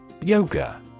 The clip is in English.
Yoga